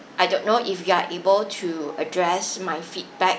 I don't know if you are able to address my feedback